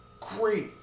great